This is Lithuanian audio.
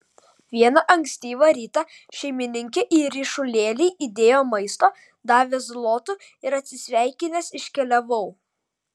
vieną ankstyvą rytą šeimininkė į ryšulėlį įdėjo maisto davė zlotų ir atsisveikinęs iškeliavau